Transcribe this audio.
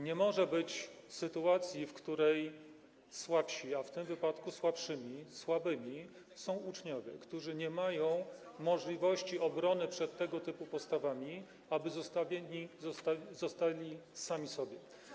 Nie może być sytuacji, w której słabsi, a w tym wypadku słabszymi, słabymi są uczniowie, którzy nie mają możliwości obrony przed tego typu postawami, zostali pozostawieni sami sobie.